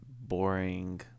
boring